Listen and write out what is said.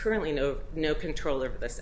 currently no no control over th